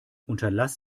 unterlass